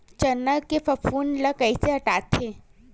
चना के फफूंद ल कइसे हटाथे?